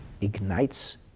ignites